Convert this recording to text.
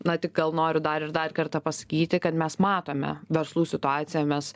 na tik gal noriu dar ir dar kartą pasakyti kad mes matome verslų situaciją mes